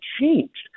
changed